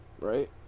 right